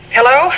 Hello